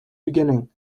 beginning